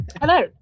hello